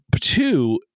two